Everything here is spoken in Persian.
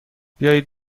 بیاید